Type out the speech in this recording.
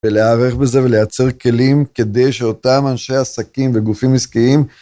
ולהערך בזה ולייצר כלים כדי שאותם אנשי עסקים וגופים עסקיים